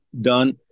done